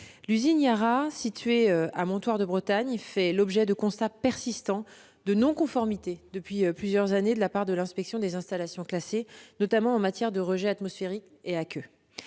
l'usine Yara située à Montoir-de-Bretagne fait l'objet de constats persistants de non-conformité depuis plusieurs années de la part de l'inspection des installations classées, notamment en matière de rejets atmosphériques et aqueux.